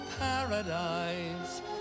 paradise